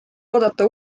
oodata